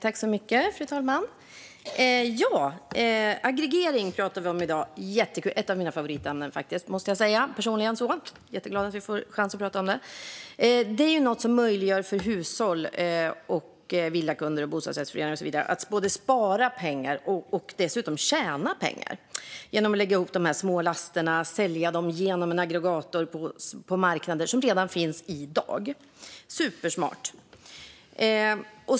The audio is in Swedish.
Fru talman! I dag pratar vi om aggregering. Det är ett av mina favoritämnen, och jag är jätteglad att vi får chansen att prata om det. Detta är någonting som gör det möjligt för hushåll, villakunder, bostadsrättsföreningar och så vidare att spara pengar och dessutom tjäna pengar genom att lägga ihop små laster och sälja dem, genom en aggregator, på marknader som redan finns. Det är supersmart.